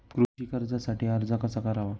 कृषी कर्जासाठी अर्ज कसा करावा?